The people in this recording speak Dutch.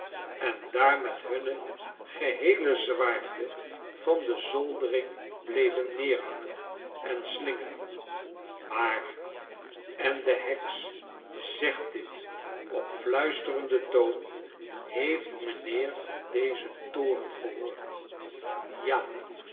en daar met hunne geheele zwaarte van de zoldering bleven neerhangen en slingeren maar en de heks zegt dit op fluisterenden toon heeft mijnheer van dezen toren gehoord ja